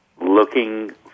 looking